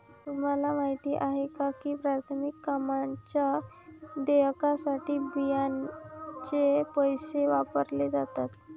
तुम्हाला माहिती आहे का की प्राथमिक कामांच्या देयकासाठी बियांचे पैसे वापरले जातात?